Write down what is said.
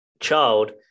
child